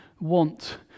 want